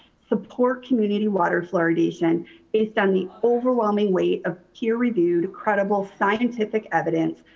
support community water fluoridation based on the overwhelming weight of peer reviewed credible scientific evidence,